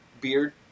beard